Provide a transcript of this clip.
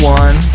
one